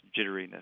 jitteriness